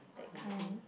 that kind